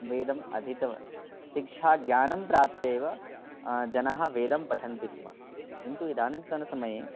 वेदम् अधितवन्तः शिक्षाज्ञानं प्राप्य एव जनाः वेदं पठन्ति स्म किन्तु इदानींतनसमये